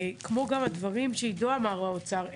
כמו גם הדברים שעידו מהאוצר אמר,